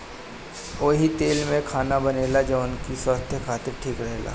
ओही तेल में खाना बनेला जवन की स्वास्थ खातिर ठीक रहेला